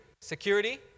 security